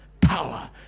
power